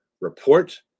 report